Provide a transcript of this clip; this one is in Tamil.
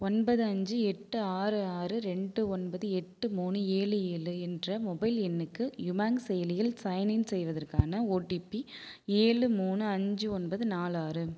ஒன்பது அஞ்சு எட்டு ஆறு ஆறு ரெண்டு ஒன்பது எட்டு மூணு ஏழு ஏழு என்ற மொபைல் எண்ணுக்கு யுமாங்க் செயலியில் சைன்இன் செய்வதற்கான ஓடிபி ஏழு மூணு அஞ்சு ஒன்பது நாலு ஆறு